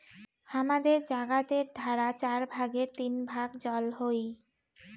হামাদের জাগাতের ধারা চার ভাগের তিন ভাগ জল হই